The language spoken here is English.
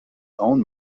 own